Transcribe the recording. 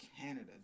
Canada